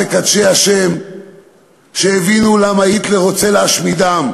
מקדשי השם שהבינו למה היטלר רוצה להשמידם,